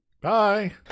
Bye